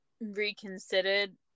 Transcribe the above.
reconsidered